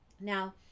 Now